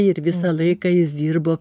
ir visą laiką jis dirbo